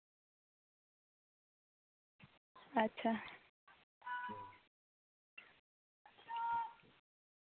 ᱟᱪᱪᱷᱟ